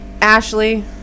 Ashley